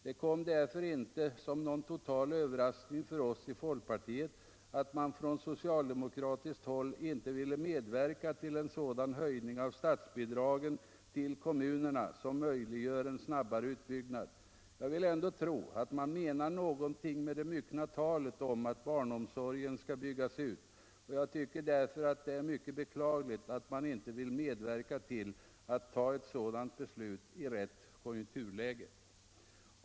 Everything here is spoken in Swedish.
Det kom därför inte som någon total överraskning för oss i folkpartiet att man från socialdemokratiskt håll inte ville medverka till en sådan höjning av statsbidragen till kommunerna som möjliggör en snabbare utbyggnad. Jag vill ändå tro att man menar någonting med det myckna talet om att barnomsorgen skall byggas ut och jag tycker därför att det är mycket beklagligt att man inte vill medverka till att ta ett sådant beslut i rätt konjunkturläge.